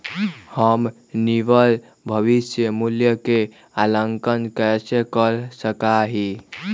हम निवल भविष्य मूल्य के आंकलन कैसे कर सका ही?